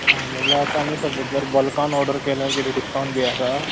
आं म्हणल्यार आतां आमी सपोज जर बल्कान ऑडर केल्यार कितें डिसकावँट बी आसा